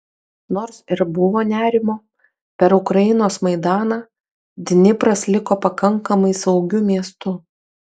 nors ir buvo nerimo per ukrainos maidaną dnipras liko pakankamai saugiu miestu